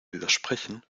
widersprechen